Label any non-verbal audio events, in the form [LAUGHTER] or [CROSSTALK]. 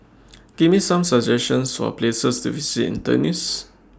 [NOISE] Give Me Some suggestions For Places to visit in Tunis